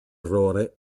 errore